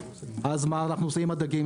אז מה אנחנו עושים עם הדגים?